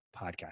podcast